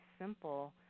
simple